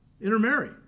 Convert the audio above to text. intermarry